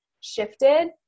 shifted